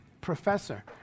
professor